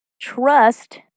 Trust